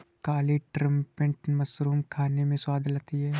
काली trumpet mushroom खाने में स्वाद लाती है